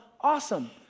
awesome